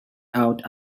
out